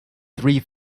three